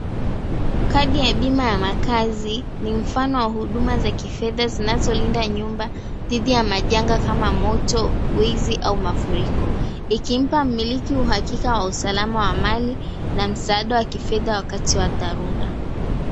Kadi ya bima ya makazi ni mfano wa huduma za kifedha zinazolinda nyumba dhidi ya majanga kama moto, wizi au mafuriko ,ikimpa mmilika uhakika wa usalama wa mali na msaada wa kifedha wakati wa dharura.